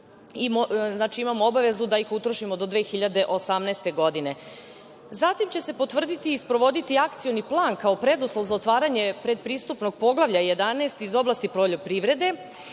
Znači, imamo obavezu da ih utrošimo do 2018. godine. Zatim će se potvrditi i sprovoditi Akcioni plan kao preduslov za otvaranje predpristupnog Poglavlja 11 iz oblasti poljoprivrede